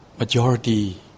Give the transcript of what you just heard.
Majority